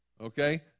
Okay